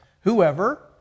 Whoever